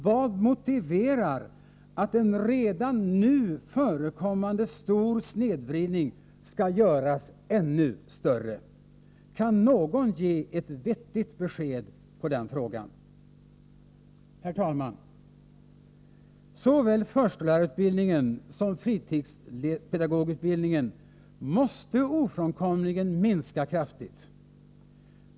Vad motiverar att en redan nu förekommande stor snedvridning skall göras ännu större? Kan någon ge ett vettigt besked på den frågan? Herr talman! Såväl förskollärarutbildningen som fritidspedagogutbildningen måste ofrånkomligen minska kraftigt.